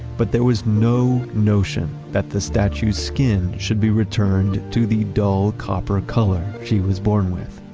but there was no notion that the statue's skin should be returned to the dull copper color she was born with.